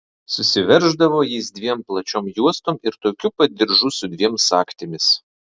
susiverždavo jis dviem plačiom juostom ir tokiu pat diržu su dviem sagtimis